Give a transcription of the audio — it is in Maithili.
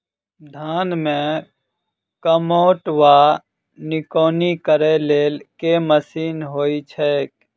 धान मे कमोट वा निकौनी करै लेल केँ मशीन होइ छै?